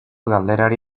galderari